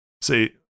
See